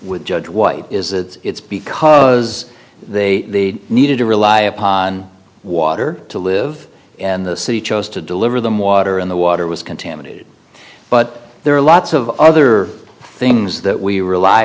with judge white is that it's because they needed to rely upon water to live in the city chose to deliver them water in the water was contaminated but there are lots of other things that we rely